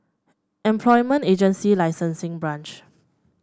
Employment Agency Licensing Branch